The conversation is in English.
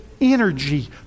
energy